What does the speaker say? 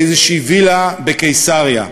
או באיזו וילה בקיסריה.